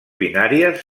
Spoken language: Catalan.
binàries